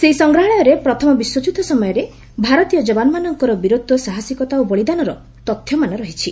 ସେହି ସଂଗ୍ରହାଳୟରେ ପ୍ରଥମ ବିଶ୍ୱଯୁଦ୍ଧ ସମୟରେ ଭାରତୀୟ ଯବାନମାନଙ୍କର ବୀରତ୍ୱ ସାହସିକତା ଓ ବଳିଦାନର ତଥ୍ୟମାନ ରହିଛି